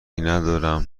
نداره